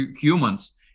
humans